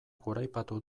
goraipatu